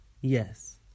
Yes